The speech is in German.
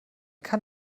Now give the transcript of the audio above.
kann